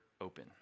open